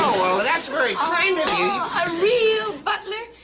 well, that's very kind of you. oh, a real butler.